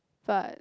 but